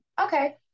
okay